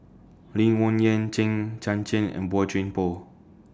Lee Wung Yew Hang Chang Chieh and Boey Chuan Poh